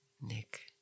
Nick